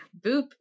Boop